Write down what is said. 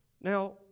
Now